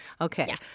Okay